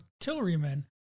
artillerymen